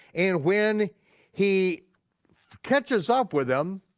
and when he catches up with them,